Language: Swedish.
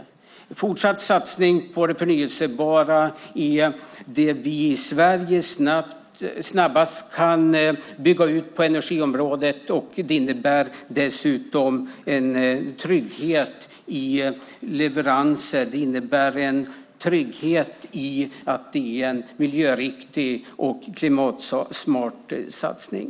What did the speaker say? Vi vill ha en fortsatt satsning på det förnybara, för det är det vi i Sverige snabbast kan bygga ut på energiområdet. Det innebär dessutom en trygghet i leveranser och en trygghet i att det är en miljöriktig och klimatsmart satsning.